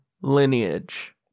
lineage